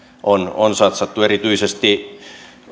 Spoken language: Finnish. on on satsattu erityisesti